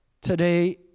today